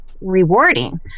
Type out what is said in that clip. rewarding